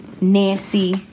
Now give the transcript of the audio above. Nancy